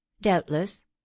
doubtless